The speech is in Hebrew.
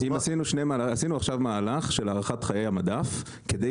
עשינו עכשיו מהלך של הארכת חיי המדף כדי